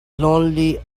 lonely